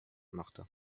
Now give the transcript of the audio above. machte